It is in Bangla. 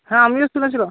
হ্যাঁ আমিও শুনেছিলাম